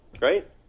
right